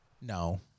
no